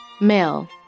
Male